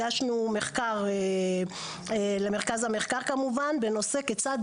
הגשנו מחקר למרכז המחקר כמובן בנושא כיצד